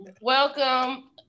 Welcome